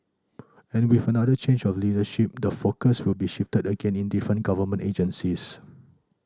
and with another change of leadership the focus will be shifted again in different government agencies